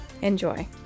Enjoy